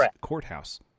courthouse